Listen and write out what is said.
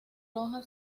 loja